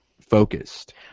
focused